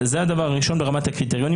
זה הדבר הראשון ברמת הקריטריונים.